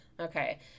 okay